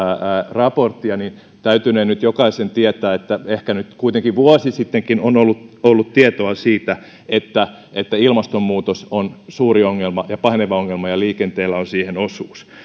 raporttia niin täytynee nyt jokaisen tietää että ehkä kuitenkin vuosi sittenkin on ollut ollut tietoa siitä että että ilmastonmuutos on suuri ja paheneva ongelma ja liikenteellä on siinä osuus